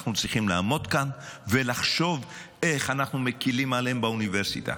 אנחנו צריכים לעמוד כאן ולחשוב איך אנחנו מקילים עליהם באוניברסיטה,